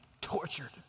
tortured